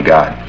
God